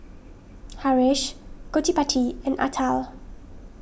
Haresh Gottipati and Atal